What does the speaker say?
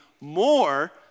more